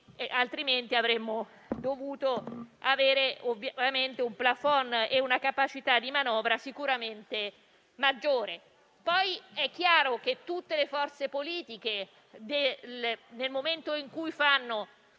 altrimenti avremmo dovuto avere un *plafond* e una capacità di manovra sicuramente maggiori. È poi chiaro che tutte le forze politiche, nel momento in cui fanno